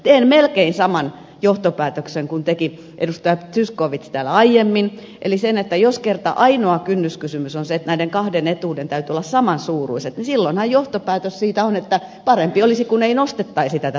teen melkein saman johtopäätöksen kuin teki edustaja zyskowicz täällä aiemmin eli sen että jos kerta ainoa kynnyskysymys on se että näiden kahden etuuden täytyy olla samansuuruiset niin silloinhan johtopäätös siitä on että parempi olisi kun ei nostettaisi tätä työttömyysrahaa